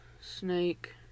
snake